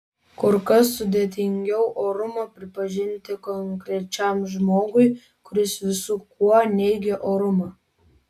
kur kas sudėtingiau orumą pripažinti konkrečiam žmogui kuris visu kuo neigia orumą